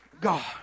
God